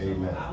Amen